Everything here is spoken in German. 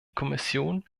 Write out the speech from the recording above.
kommission